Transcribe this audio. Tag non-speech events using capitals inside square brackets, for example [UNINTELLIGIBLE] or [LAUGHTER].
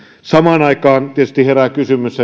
samaan aikaan tietysti herää kysymys [UNINTELLIGIBLE]